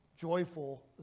joyful